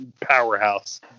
powerhouse